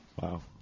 Wow